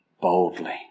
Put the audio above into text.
boldly